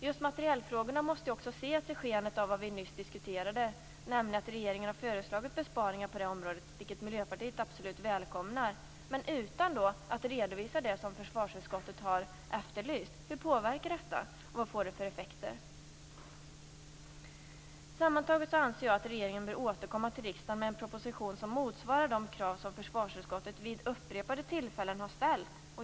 Just materielfrågorna måste ses i skenet av vad vi nyss diskuterade, nämligen att regeringen har föreslagit besparingar på det området, vilket Miljöpartiet absolut välkomnar, men utan att redovisa det försvarsutskottet har efterlyst. Hur påverkar detta? Vad får det för effekter? Sammantaget anser jag att regeringen bör återkomma till riksdagen med en proposition som motsvarar de krav som försvarsutskottet vid upprepade tillfällen har ställt.